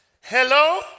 Hello